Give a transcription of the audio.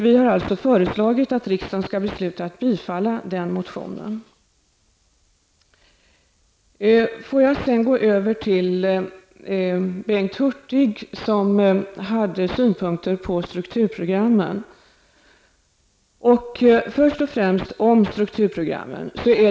Vi har alltså föreslagit att riksdagen skall bifalla denna motion. Jag vill sedan gå över till att kommentera Bengt Hurtigs anförande. Han hade synpunkter på strukturprogrammen. Först vill jag säga något om strukturprogrammen.